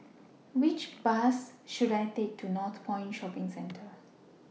Which Bus should I Take to Northpoint Shopping Centre